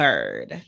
Bird